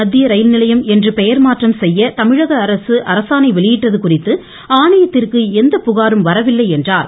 மத்திய ரயில் நிலையம் என்று பெயர் மாற்றம் செய்ய தமிழக அரசு அரசாணை வெளியிட்டது குறித்து ஆணையத்திற்கு எந்த புகாரும் வரவில்லை என்றார்